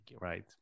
Right